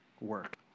work